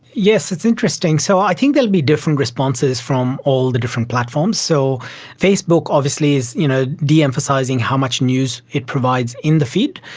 yes, it's interesting. so i think there will be different responses from all the different platforms. so facebook obviously is you know deemphasising how much news it provides in the feed.